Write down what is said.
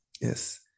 Yes